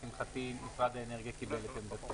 לשמחתי, משרד האנרגיה קיבל את זה.